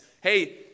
Hey